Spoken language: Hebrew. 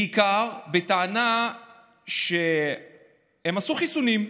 בעיקר בטענה שהם עשו חיסונים,